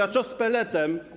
A co z pelletem?